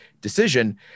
decision